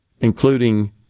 including